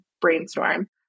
brainstorm